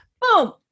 boom